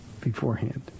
beforehand